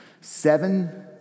Seven